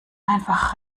einfach